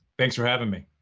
thanks for having me.